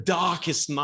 darkest